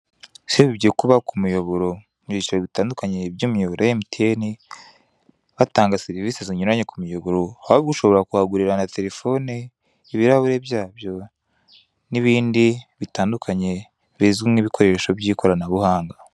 Usibye kuba ku muyoboro mu byiciro bitandukanye by'umuyoboro wa MTN, batanga serivise zinyuranye ku muyoboro, ahubwo ushobora kuhagurira nka telephone, ibirahure bya byo nibindi ibindukanye bizwi nk'ibikoresho by'ikoranabuhanga.